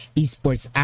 esports